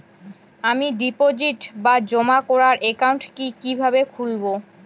আমি ডিপোজিট বা জমা করার একাউন্ট কি কিভাবে খুলবো?